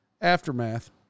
aftermath